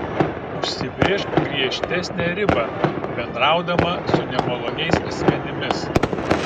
užsibrėžk griežtesnę ribą bendraudama su nemaloniais asmenimis